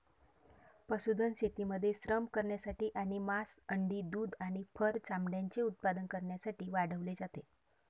पशुधन शेतीमध्ये श्रम करण्यासाठी आणि मांस, अंडी, दूध आणि फर चामड्याचे उत्पादन करण्यासाठी वाढवले जाते